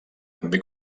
també